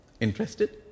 Interested